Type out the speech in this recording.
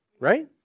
right